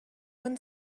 one